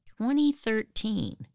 2013